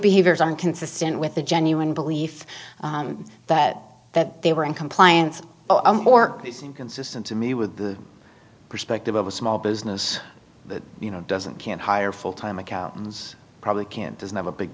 behaviors are inconsistent with a genuine belief that that they were in compliance or it's inconsistent to me with the perspective of a small business that you know doesn't can't hire full time accountants probably can't doesn't have a big